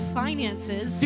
finances